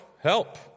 help